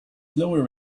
lower